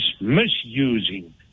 misusing